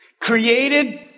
created